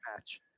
match